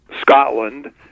Scotland